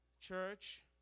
church